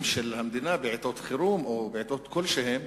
של המדינה בעתות חירום או בעתות כלשהן,